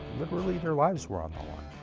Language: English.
but really, their lives were on the line.